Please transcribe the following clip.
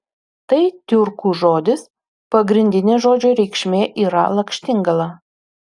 tai tiurkų žodis pagrindinė žodžio reikšmė yra lakštingala